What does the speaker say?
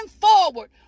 forward